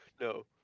no